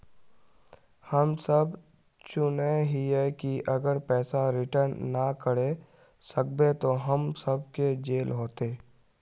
हम सब सुनैय हिये की अगर पैसा रिटर्न ना करे सकबे तो हम सब के जेल होते?